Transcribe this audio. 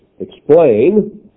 explain